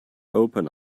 open